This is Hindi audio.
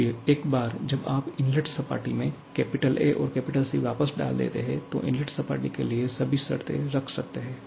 इसलिए एक बार जब आप इनलेट सपाटी में 'A' और C 'वापस डाल देते हैं तो इनलेट सपाटी के लिए सभी शर्तें रख सकते हैं